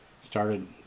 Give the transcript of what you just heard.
Started